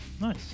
nice